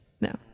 No